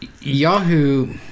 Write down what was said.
Yahoo